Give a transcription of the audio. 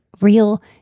real